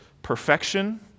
perfection